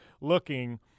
looking